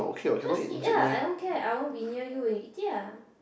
just eat ah I don't care I won't be near you when you eat it ah